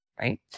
right